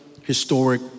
historic